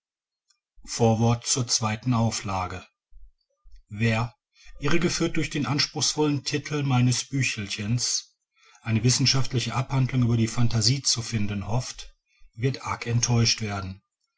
vorwort zur zweiten auflage wer irregeführt durch den anspruchsvollen titel meines büchelchens eine wissenschaftliche abhandlung über die phantasie zu finden hofft wird arg enttäuscht werden